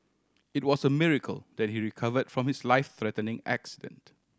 it was a miracle that he recover from his life threatening accident